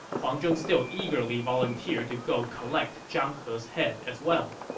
huang zhong still eagerly volunteered to go collect zhang he's head as well.